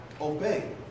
obey